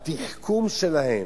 את התחכום שלהם.